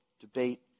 debate